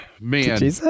man